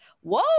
whoa